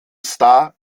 starr